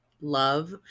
love